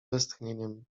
westchnieniem